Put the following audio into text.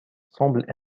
semble